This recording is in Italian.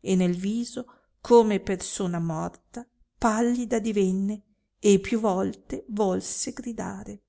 e nel viso come persona morta pallida divenne e più volte volse gridare